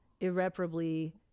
irreparably